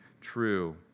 true